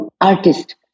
artist